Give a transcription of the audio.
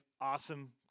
awesome